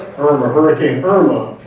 irma, hurricane irma,